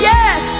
Yes